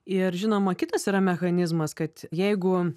ir žinoma kitas yra mechanizmas kad jeigu